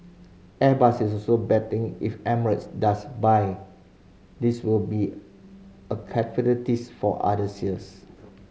airbus is also betting if Emirates does buy this will be a for other sales